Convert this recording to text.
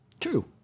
True